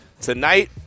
tonight